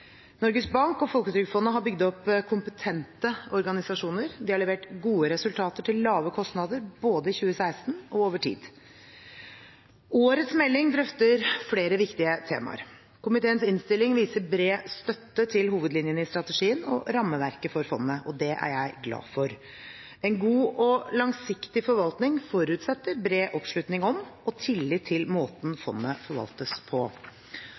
Norges Bank og Folketrygdfondet har bygd opp kompetente organisasjoner. De har levert gode resultater til lave kostnader både i 2016 og over tid. Årets melding drøfter flere viktige temaer. Komiteens innstilling viser bred støtte til hovedlinjene i strategien og rammeverket for fondet, og det er jeg glad for. En god og langsiktig forvaltning forutsetter bred oppslutning om og tillit til måten fondet forvaltes på.